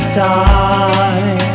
die